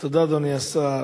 תודה, אדוני השר.